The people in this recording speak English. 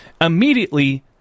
immediately